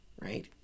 right